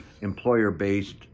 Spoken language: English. employer-based